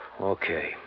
Okay